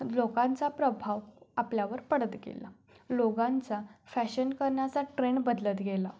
लोकांचा प्रभाव आपल्यावर पडत गेला लोकांचा फॅशन करण्याचा ट्रेंड बदलत गेला